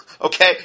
Okay